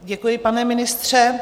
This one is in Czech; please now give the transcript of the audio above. Děkuji, pane ministře.